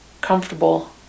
comfortable